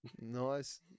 nice